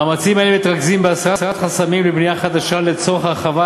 מאמצים אלה מתרכזים בהסרת חסמים לבנייה חדשה לצורך הרחבת